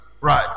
Right